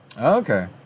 Okay